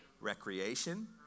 recreation